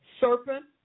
Serpent